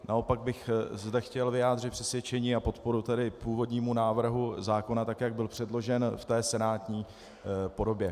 Naopak bych zde chtěl vyjádřit přesvědčení a podporu původnímu návrhu zákona tak, jak byl předložen v té senátní podobě.